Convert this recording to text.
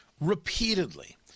repeatedly